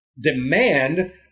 demand